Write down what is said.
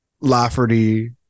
Lafferty